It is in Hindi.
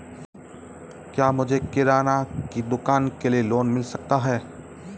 क्या मुझे किराना की दुकान के लिए लोंन मिल सकता है?